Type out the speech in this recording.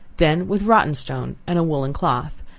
then with rotten-stone and a woollen cloth,